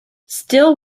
still